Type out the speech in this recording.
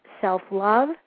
self-love